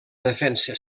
defensa